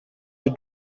your